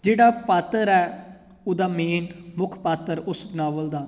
ਜਿਹੜਾ ਪਾਤਰ ਹੈ ਉਹਦਾ ਮੇਨ ਮੁੱਖ ਪਾਤਰ ਉਸ ਨਾਵਲ ਦਾ